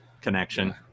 connection